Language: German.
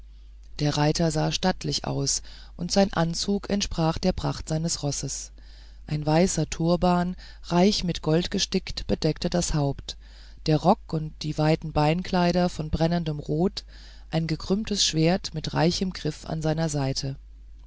der reiter sah stattlich aus und sein anzug entsprach der pracht seines rosses ein weißer turban reich mit gold gestickt bedeckte das haupt der rock und die weiten beinkleider von brennendem rot ein gekrümmtes schwert mit reichem griff an seiner seite